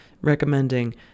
recommending